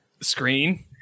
screen